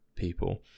people